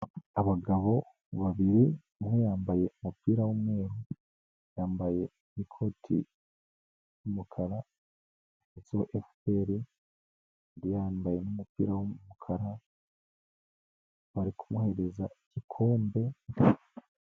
Abagabo babiri umwe yambaye umupira w'umweru, yambaye n'ikoti ry'umukara ryanditseho FPR, undi yambaye umupira w'umukara bari kumuhereza igikombe.